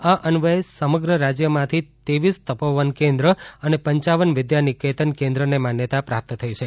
આ અન્વયે સમગ્ર રાજ્યમાંથી તેવીસ તપોવન કેન્દ્ર અને પંચાવન વિધાનિકેતન કેન્દ્રને માન્યતા પ્રાપ્ત થઈ છે